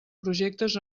projectes